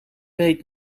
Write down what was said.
weet